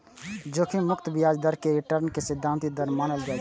जोखिम मुक्त ब्याज दर कें रिटर्न के सैद्धांतिक दर मानल जाइ छै